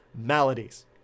maladies